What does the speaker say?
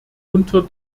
unter